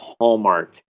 hallmark